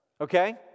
okay